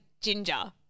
ginger